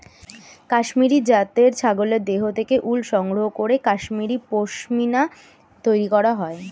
কাশ্মীরি জাতের ছাগলের দেহ থেকে উল সংগ্রহ করে কাশ্মীরি পশ্মিনা তৈরি করা হয়